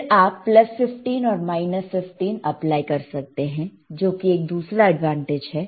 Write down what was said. फिर आप प्लस 15 और माइनस 15 अप्लाई कर सकते हैं जो कि एक दूसरा एडवांटेज है